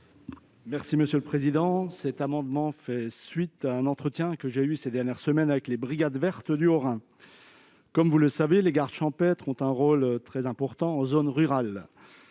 La disposition prévue à cet amendement fait suite à un entretien que j'ai eu ces dernières semaines avec les brigades vertes du Haut-Rhin. Comme vous le savez, les gardes champêtres jouent un rôle très important en zone rurale.